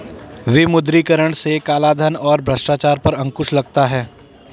विमुद्रीकरण से कालाधन और भ्रष्टाचार पर अंकुश लगता हैं